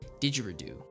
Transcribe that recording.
Didgeridoo